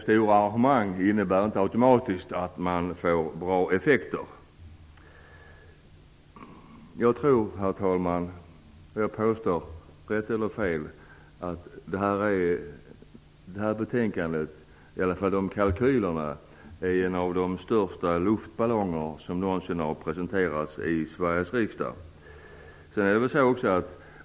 Stora arrangemang innebär inte automatiskt att man får bra effekter. Jag påstår, herr talman, att kalkylerna i betänkandet är några av de största luftballonger som någonsin har presenterats i Sveriges riksdag.